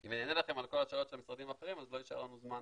אם אני אענה לכם על כל השאלות של משרדים אחרים אז לא יישאר לנו זמן